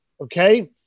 okay